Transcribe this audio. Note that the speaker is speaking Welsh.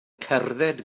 cerdded